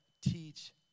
teach